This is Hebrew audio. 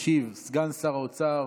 ישיב סגן שר האוצר